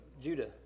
Judah